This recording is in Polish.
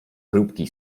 grupki